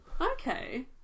Okay